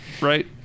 right